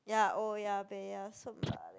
ya oya-beh-ya-som